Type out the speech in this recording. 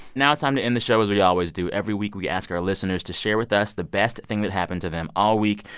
now it's time um to end the show as we always do. every week, we ask our listeners to share with us the best thing that happened to them all week.